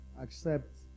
accept